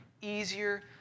easier